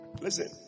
listen